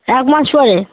এক মাস পরে